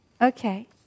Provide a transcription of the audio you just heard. Okay